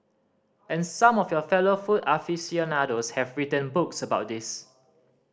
and some of your fellow food aficionados have written books about this